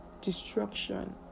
Destruction